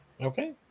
okay